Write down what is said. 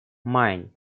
main